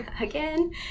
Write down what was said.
again